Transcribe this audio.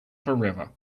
forever